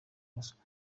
ruswa